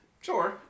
sure